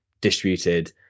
distributed